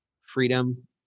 freedom